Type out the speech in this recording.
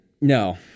No